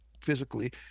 physically